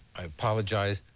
i apologize,